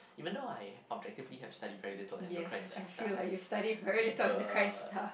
even though I objectively have studied very little endocrine stuff but